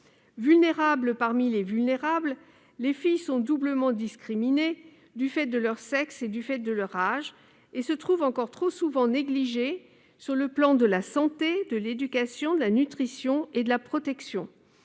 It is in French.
Vulnérables parmi les vulnérables, les filles sont doublement discriminées du fait de leur sexe et de leur âge et se trouvent encore trop souvent négligées sur le plan de la santé, de l'éducation, de la nutrition et de la protection.